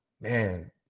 man